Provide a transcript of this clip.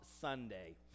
Sunday